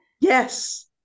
Yes